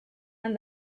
and